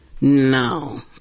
no